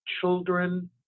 children